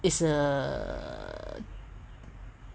is a